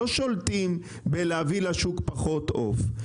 לא שולטים בלהביא לשוק פחות עוף.